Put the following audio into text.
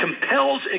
compels